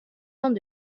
ans